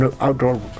outdoor